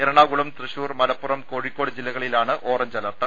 എറണാകുളം തൃശൂർ മലപ്പുറം കോഴിക്കോട് ജില്ലകളിലാണ് orange alert